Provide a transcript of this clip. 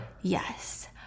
Yes